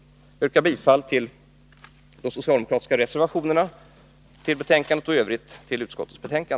Jag yrkar bifall till de socialdemokratiska reservationerna till betänkandet och i övrigt till utskottets hemställan.